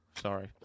Sorry